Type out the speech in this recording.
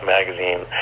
Magazine